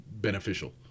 beneficial